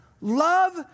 love